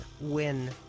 win